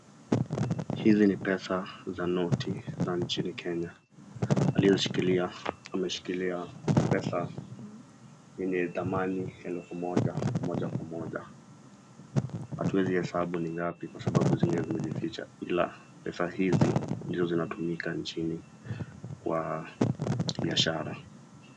Hizi ni pesa za noti za nchini Kenya , aliyeshikilia ameshikilia pesa yenye thamani elfu moja kwa moja hatuwezi hesabu ni ngapi kwa sababu zimejificha ila pesa hizi ndio zinatumika nchini kwa biashara.